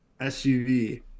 SUV